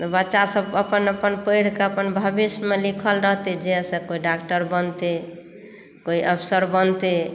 बच्चा सभ अपन अपन पढ़िकऽ अपन भविष्यमे लिखल रहतै से कोई डॉक्टर बनतै कोई अफसर बनतै